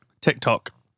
TikTok